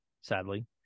Sadly